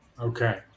okay